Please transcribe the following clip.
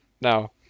No